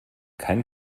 kein